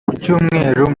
kucyumweru